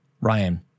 Ryan